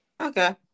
okay